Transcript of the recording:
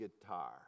guitar